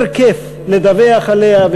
יותר כיף לדווח עליה,